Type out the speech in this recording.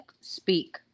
speak